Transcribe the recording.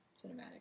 cinematic